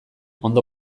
ondo